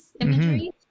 imagery